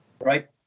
right